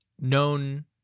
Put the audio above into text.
known